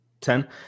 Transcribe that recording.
ten